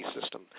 system